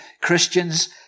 Christians